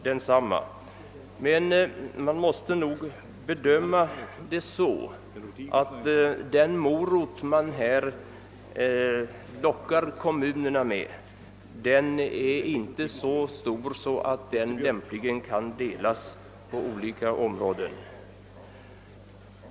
Den morot man har att locka kommunerna med är emellertid inte så stor att den lämpligen kan delas.